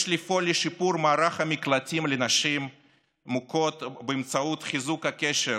יש לפעול לשיפור מערך המקלטים לנשים מוכות באמצעות חיזוק הקשר